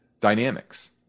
dynamics